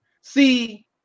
See